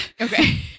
Okay